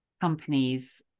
companies